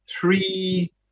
three